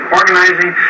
organizing